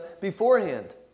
beforehand